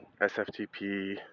SFTP